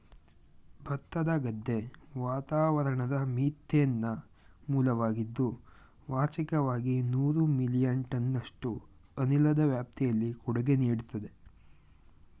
ಭತ್ತದ ಗದ್ದೆ ವಾತಾವರಣದ ಮೀಥೇನ್ನ ಮೂಲವಾಗಿದ್ದು ವಾರ್ಷಿಕವಾಗಿ ನೂರು ಮಿಲಿಯನ್ ಟನ್ನಷ್ಟು ಅನಿಲದ ವ್ಯಾಪ್ತಿಲಿ ಕೊಡುಗೆ ನೀಡ್ತದೆ